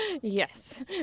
Yes